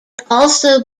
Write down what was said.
also